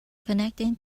connecting